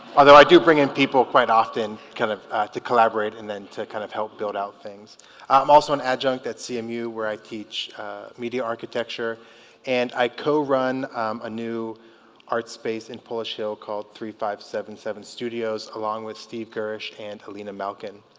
although i do bring in people quite often kind of to collaborate and then to kind of help build out things i'm also an adjunct at cmu where i teach media architecture and i co run a new art space in polish hill called three five seven seven studios along with steve girish and alena malkin